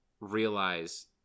realize